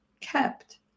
kept